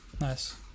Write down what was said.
Nice